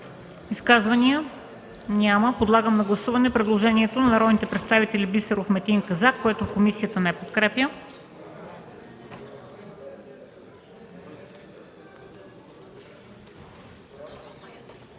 Изказвания? Няма. Подлагам на гласуване предложението на народните представители Бисеров, Метин и Казак, което комисията не подкрепя.